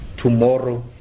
Tomorrow